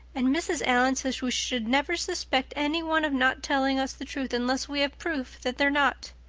and mrs. allan says we should never suspect anyone of not telling us the truth unless we have proof that they're not.